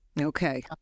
Okay